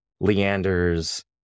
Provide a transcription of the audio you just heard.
Leander's